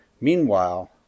Meanwhile